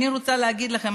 אני רוצה להגיד לכם,